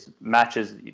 matches